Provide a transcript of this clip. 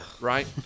Right